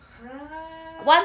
!huh!